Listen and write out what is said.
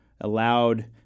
allowed